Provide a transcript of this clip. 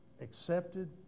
accepted